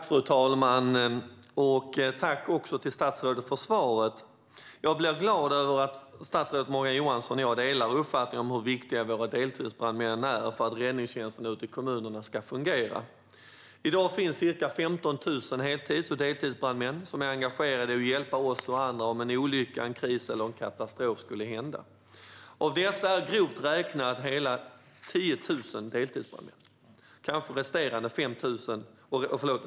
Fru talman! Tack till statsrådet för svaret! Jag blir glad över att statsrådet Morgan Johansson och jag delar uppfattningen om hur viktiga våra deltidsbrandmän är för att räddningstjänsten ute i kommunerna ska fungera. I dag finns ca 15 000 heltids och deltidsbrandmän som är engagerade i att hjälpa oss och andra om en olycka, kris eller katastrof skulle hända. Av dessa är grovt räknat hela 10 000 deltidsbrandmän.